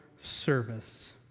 service